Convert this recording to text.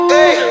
Hey